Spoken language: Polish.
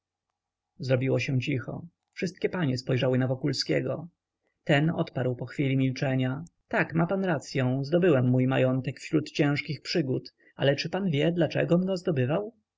zrobiło się cicho wszystkie panie spojrzały na wokulskiego ten odparł po chwili milczenia tak ma pan racyą zdobyłem mój majątek wśród ciężkich przygód ale czy pan wie dlaczegom go zdobywał